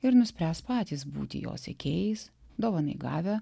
ir nuspręs patys būti jo sekėjais dovanai gavę